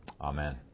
Amen